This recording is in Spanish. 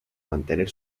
mantener